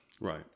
Right